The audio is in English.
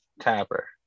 tapper